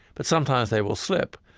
but sometimes they will slip.